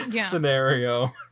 scenario